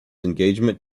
engagement